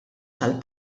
tal